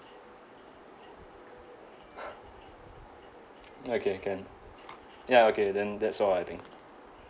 okay can ya okay then that's all I think